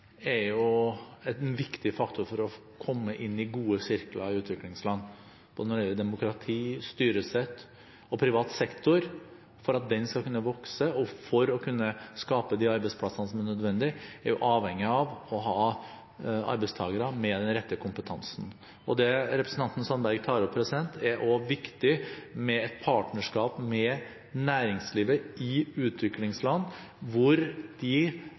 er en viktig faktor for å komme inn i gode sirkler i utviklingsland både når det gjelder demokrati og styresett. For at privat sektor skal kunne vokse, og for å kunne skape de arbeidsplassene som er nødvendige, er man avhengig av å ha arbeidstakere med den rette kompetansen. Det representanten Sandberg tar opp, er også viktig, nemlig å ha et partnerskap med næringslivet i utviklingsland hvor de